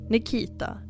Nikita